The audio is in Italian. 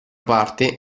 parte